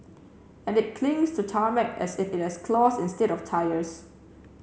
and it clings to tarmac as if it has claws instead of tyres